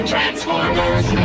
Transformers